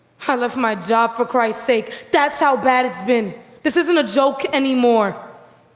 i love my job, for christ's sake. that's how bad it's been. this isn't a joke anymore.